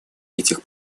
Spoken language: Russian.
этих